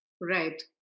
Right